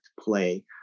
play